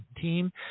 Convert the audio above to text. team